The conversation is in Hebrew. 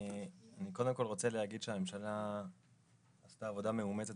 אני קודם כול רוצה להגיד שהממשלה עשתה עבודה מאומצת